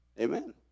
Amen